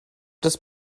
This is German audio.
das